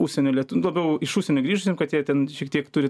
užsienio lietu labiau iš užsienio grįžusiem kad jie ten šiek tiek turi